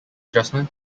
adjustment